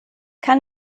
kann